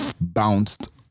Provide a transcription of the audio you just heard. bounced